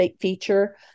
feature